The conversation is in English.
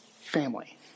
family